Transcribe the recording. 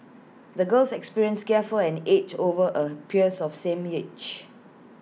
the girl's experiences gave her an edge over A peers of same age